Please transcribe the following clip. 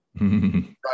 Right